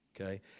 okay